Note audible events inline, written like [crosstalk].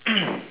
[coughs]